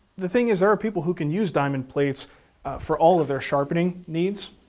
the thing is there are people who can use diamond plates for all of their sharpening needs.